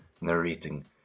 narrating